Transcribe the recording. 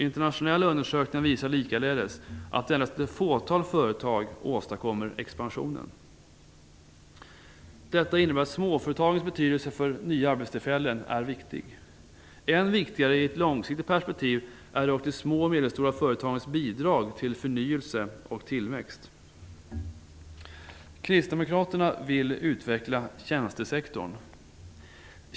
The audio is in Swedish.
Internationella undersökningar visar likaledes att endast ett fåtal företag åstadkommer expansionen. Detta innebär att småföretagens betydelse för nya arbetstillfällen är stor. Än viktigare i ett långsiktigt perspektiv är dock de små och medelstora företagens bidrag till förnyelse och tillväxt. Kristdemokraterna vill utveckla tjänstesektorn.